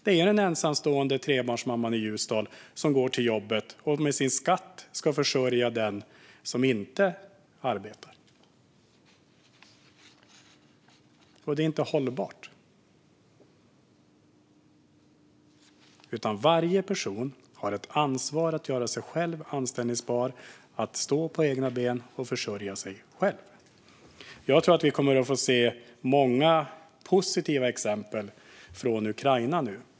Det är den ensamstående trebarnsmamman i Ljusdal som går till jobbet och med sin skatt ska försörja den som inte arbetar. Det är inte hållbart. Varje person har ett ansvar att göra sig själv anställbar, stå på egna ben och försörja sig själv. Jag tror att vi kommer att få se många positiva exempel från Ukraina nu.